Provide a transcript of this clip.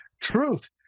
truth